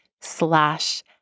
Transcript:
slash